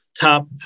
Top